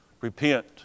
repent